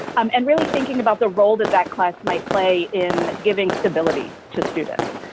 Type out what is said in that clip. um and really thinking about the role that that class might play in giving stability to students.